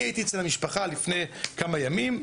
אני הייתי אצל המשפחה לפני כמה ימים,